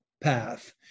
path